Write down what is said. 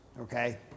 Okay